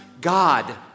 God